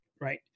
Right